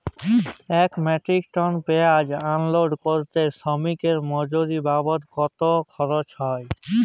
এক metric ton পেঁয়াজ unload করতে শ্রমিকের মজুরি বাবদ কত খরচ হয়?